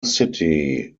city